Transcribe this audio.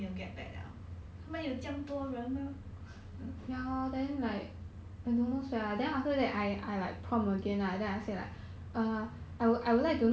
oh same leh 我也是有这样 encounter 过几次 then hor 全部 send resume hor 然后就没有 get back liao 他们有这样多人吗